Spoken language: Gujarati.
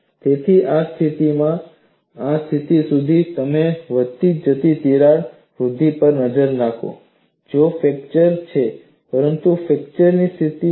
તેથી આ સ્થિતિથી આ સ્થિતિ સુધી જો તમે વધતી જતી તિરાડ વૃદ્ધિ પર નજર નાખો તો તે ફ્રેક્ચર છે પરંતુ ફ્રેક્ચર સ્થિર છે